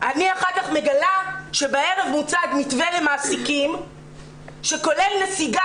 אני אחר כך מגלה שבערב הוצג מתווה למעסיקים שכולל נסיגה,